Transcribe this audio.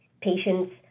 patients